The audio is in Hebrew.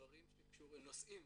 הלימודים נושאים